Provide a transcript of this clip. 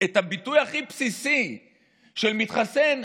את הביטוי הכי בסיסי של מתחסן.